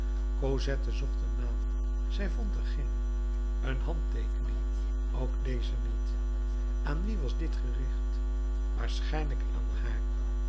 zocht een naam zij vond er geen een handteekening ook deze niet aan wie was dit gericht waarschijnlijk aan haar